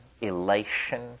elation